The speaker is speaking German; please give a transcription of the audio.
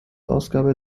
ausgabe